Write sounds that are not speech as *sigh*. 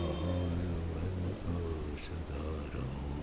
*unintelligible* સુધારો